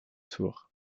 tour